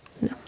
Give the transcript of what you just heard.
No